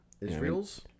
Israels